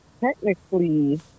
technically